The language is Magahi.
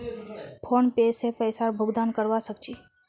फोनपे से पैसार भुगतान करवा सकछी